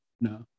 No